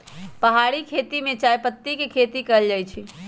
पहारि खेती में चायपत्ती के खेती कएल जाइ छै